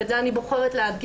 ואת זה אני בוחרת להדגיש,